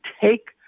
take